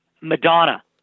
Madonna